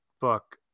book